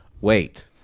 wait